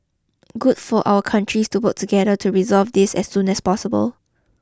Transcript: good for our countries to work together to resolve this as soon as possible